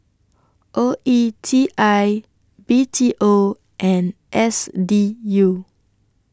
O E T I B T O and S D U